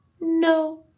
no